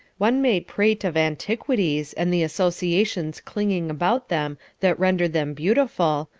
one may prate of antiquities, and the associations clinging about them that render them beautiful,